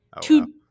two